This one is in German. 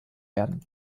werden